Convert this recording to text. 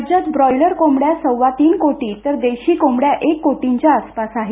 राज्यात बॉयलर कोंबड्या सव्वातीन कोटी तर देशी कोंबड्या एक कोटीच्या आसपास आहे